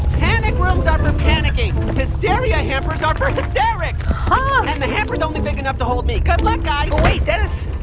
panic rooms are for panicking. hysteria hampers are for hysterics huh? and the hamper's only big enough to hold me. good luck, guy but, wait dennis.